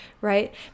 right